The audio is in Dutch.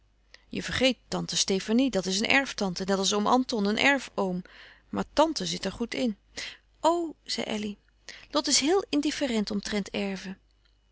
je vergeet tante stefanie dat is een erftante net als oom anton een erfoom maar tante zit er goed in o zei elly lot is heel indifferent omtrent erven